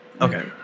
Okay